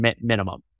minimum